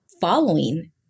following